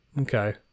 okay